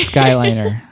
Skyliner